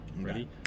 Ready